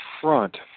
front